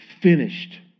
finished